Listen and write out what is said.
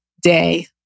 day